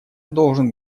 должен